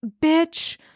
bitch